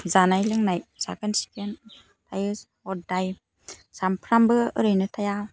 जानाय लोंनाय साखोन सिखोन थायो हध्धाय सामफ्रामबो ओरैनो थाया